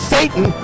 Satan